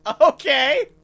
Okay